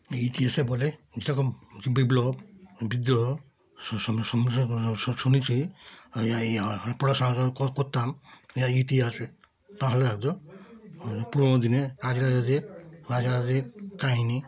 ইতিহাসে বলে যেরকম বিপ্লব বিদ্রোহ শুনেছি এই এই পড়াশোনা করতাম ইতিহাসে তাহলে আজও পুরনো দিনের রাজ রাজাদের রাজ রাজাদের কাহিনি